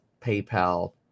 PayPal